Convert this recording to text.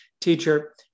Teacher